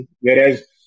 Whereas